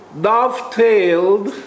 dovetailed